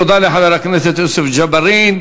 תודה לחבר הכנסת יוסף ג'בארין.